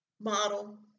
model